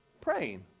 praying